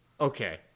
Okay